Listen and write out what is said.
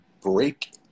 break